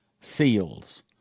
seals